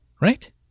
Right